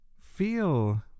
feel